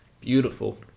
Beautiful